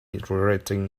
regretting